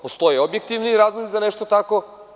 Postoje objektivni razlozi za nešto tako.